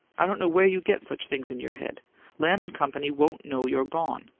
i don't know where you get such things in your head lamb and company won't know you're gone.